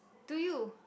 to you